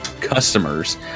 customers